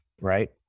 right